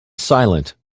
silent